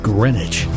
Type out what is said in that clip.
Greenwich